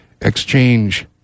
exchange